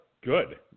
good